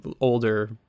older